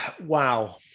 Wow